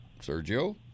Sergio